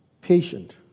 Patient